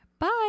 bye